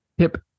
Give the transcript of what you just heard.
Tip